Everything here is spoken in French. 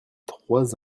trois